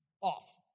off